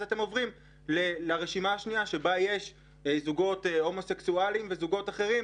אז אתם עוברים לרשימה השנייה שבה יש זוגות הומוסקסואלים וזוגות אחרים,